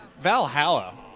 Valhalla